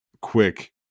quick